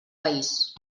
país